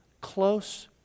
Close